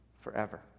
forever